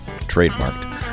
trademarked